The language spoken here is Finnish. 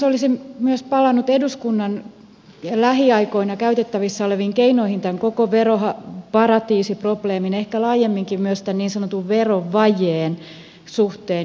olisin myös palannut eduskunnan lähiaikoina käytettävissä oleviin keinoihin tämän koko veroparatiisiprobleemin ehkä laajemminkin myös niin sanotun verovajeen suhteen